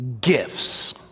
gifts